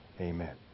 Amen